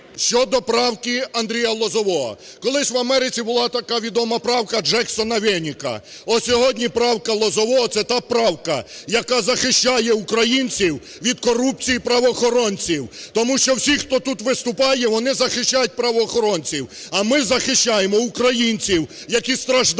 Щодо правки Андрія Лозового. Колись в Америці була така відома правка Джексона - Вейніка. От сьогодні правка Лозового – це та правка, яка захищає українців від корупції і правоохоронців. Тому що всі, хто тут виступає, вони захищають правоохоронців. А ми захищаємо українців, які страждають